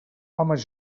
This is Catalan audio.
homes